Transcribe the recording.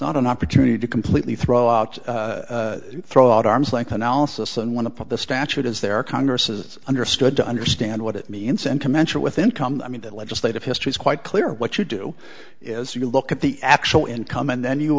not an opportunity to completely throw out throw out arms like analysis and want to put the statute is there congress is understood to understand what it means sentimental with income i mean that legislative history is quite clear what you do is you look at the actual income and then you